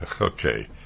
Okay